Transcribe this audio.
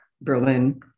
Berlin